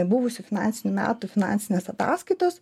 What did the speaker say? buvusių finansinių metų finansinės ataskaitos